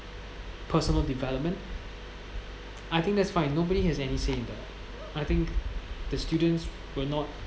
personal development I think that's fine nobody has any saying to it I think the students were not